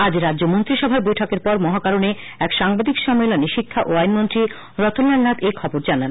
আজ রাজ্য মন্ত্রিসভার বৈঠকের পর মহাকরণে এক সাংবাদিক সম্মেলনে শিক্ষা ও আইন মন্ত্রী রতনলাল নাথ এই থবর জানিয়েছেন